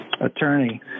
attorney